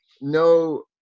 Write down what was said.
no